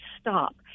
STOP